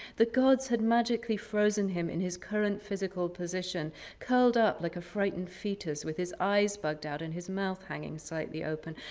the gods had magically frozen him in his current physical position curled up like a frightened fetus with his eyes bugged out and his mouth hanging slightly open.